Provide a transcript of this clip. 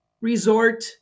resort